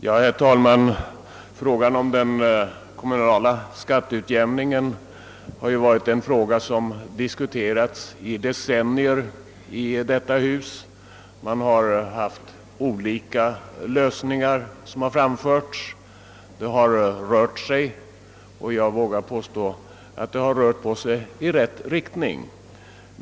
Herr talman! Frågan om den kommunala skatteutjämningen har i decennier diskuterats i detta hus, och olika förslag till lösningar har framförts. Det har alltså rört sig på området. Och jag vågar påstå att det har rört sig i rätt riktning.